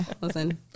Listen